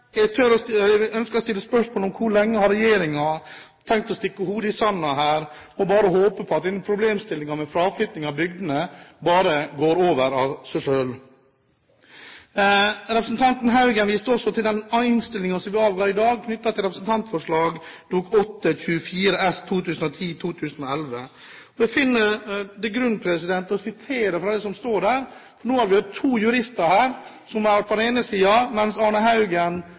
Jeg ønsker å stille spørsmål om hvor lenge regjeringen har tenkt å stikke hodet i sanden og håpe at problemstillingen med fraflytting fra bygdene bare går over av seg selv. Representanten Haugen viste også til den innstillingen som vi avga i dag, knyttet til representantforslag i Dokument 8:24 S for 2010–2011. Jeg finner grunn til å lese fra det som står der. Nå har vi hatt to jurister her på den ene siden, mens Arne L. Haugen